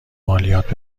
مالیات